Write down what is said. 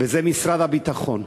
וזה משרד הביטחון.